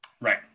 right